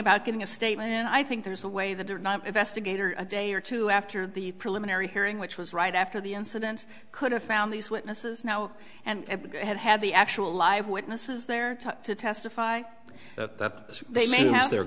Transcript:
about getting a statement and i think there's a way that they're not investigator a day or two after the preliminary hearing which was right after the incident could have found these witnesses now and have had the actual live witnesses there talk to testify that they may